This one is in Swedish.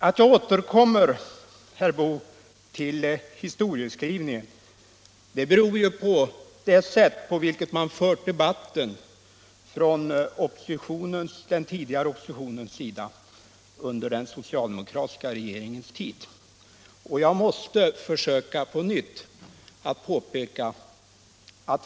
Att jag återkommer till historieskrivningen, herr Boo, beror på det = Inrättande av ett sätt på vilket den tidigare oppositionen fört debatten under den soci = centralt statligt aldemokratiska regeringens tid.